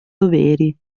doveri